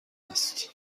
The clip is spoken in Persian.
است